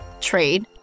trade